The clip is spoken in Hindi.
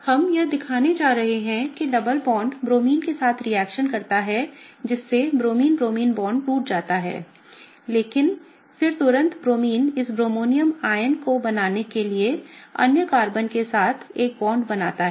हम यह दिखाने जा रहे हैं कि डबल बॉन्ड ब्रोमीन के साथ रिएक्शन करता है जिससे ब्रोमीन ब्रोमीन बॉन्ड टूट जाता है लेकिन फिर तुरंत ब्रोमीन इस ब्रोमोनियम आयन को बनाने के लिए अन्य कार्बन के साथ एक बॉन्ड बनाता है